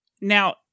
Now